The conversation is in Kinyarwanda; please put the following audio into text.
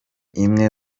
imwe